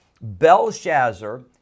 Belshazzar